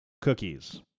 cookies